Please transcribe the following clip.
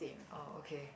oh okay